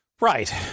Right